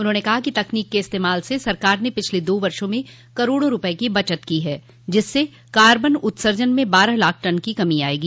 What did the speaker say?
उन्होंने कहा कि तकनीक के इस्तेमाल से सरकार ने पिछले दो वर्षो में करोड़ों रूपये की बचत की है जिससे कार्बन उर्त्सजन में बारह लाख टन की कमी आयेगी